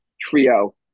trio